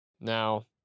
Now